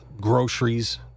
groceries